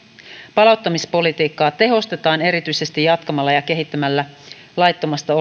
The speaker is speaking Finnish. palauttamispolitiikkaa tehostetaan erityisesti jatkamalla ja kehittämällä laittomasti